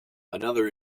another